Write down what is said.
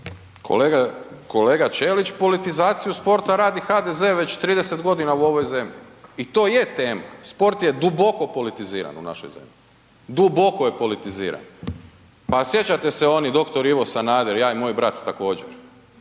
Kolega Čelić, politizaciju sporta radi HDZ već 30 godina u ovoj zemlji. I to je tema, sport je duboko politiziran u našoj zemlji, duboko je politiziran. Pa sjećate se onih dr. Ivo Sanader, ja i moj brat također.